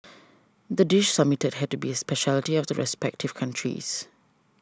the dish submitted had to be a speciality of the respective countries